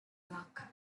luck